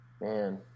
man